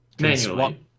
manually